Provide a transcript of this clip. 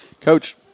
coach